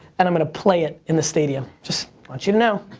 and i'm gonna play it in the stadium. just want you to know.